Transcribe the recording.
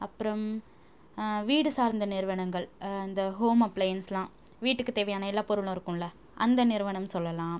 அப்புறம் வீடு சார்ந்த நிறுவனங்கள் இந்த ஹோம் அப்ளையன்ஸ்லாம் வீட்டுக்கு தேவையான எல்லா பொருளும் இருக்கும்ல அந்த நிறுவனம் சொல்லலாம்